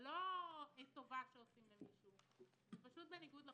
זה לא טובה שעושים למישהו אלא זה פשוט בניגוד לחוק.